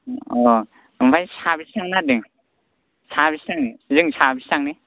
ओमफ्राय साबेसे थांनो नागिरदों साबेसे थांनो जों साबेसे थांनो